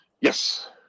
Yes